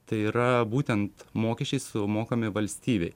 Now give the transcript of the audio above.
tai yra būtent mokesčiai sumokami valstybei